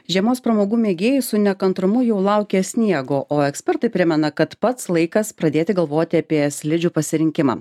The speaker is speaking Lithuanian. žiemos pramogų mėgėjai su nekantrumu jau laukia sniego o ekspertai primena kad pats laikas pradėti galvoti apie slidžių pasirinkimą